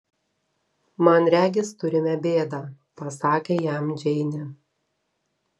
man regis turime bėdą pasakė jam džeinė